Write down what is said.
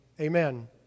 amen